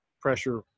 pressure